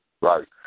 Right